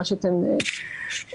מה שאתם עושים,